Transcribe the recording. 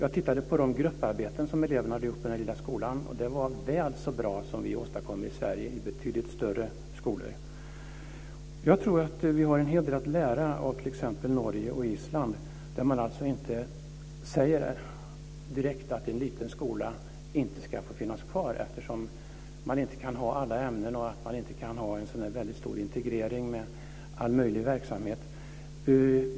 Jag tittade på de grupparbeten som eleverna hade gjort i den här lilla skolan. De var väl så bra som vad vi åstadkommer i Sverige i betydligt större skolor. Jag tror att vi har en hel del att lära av t.ex. Norge och Island. Där säger man inte direkt att en liten skola inte ska få finnas kvar eftersom den inte kan ha alla ämnen eller en stor integrering med all möjlig verksamhet.